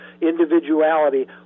individuality